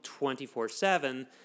24-7